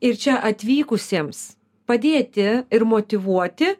ir čia atvykusiems padėti ir motyvuoti